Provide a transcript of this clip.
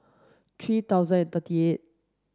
three thousand and thirty eight